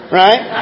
right